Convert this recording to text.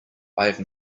have